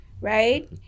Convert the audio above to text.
right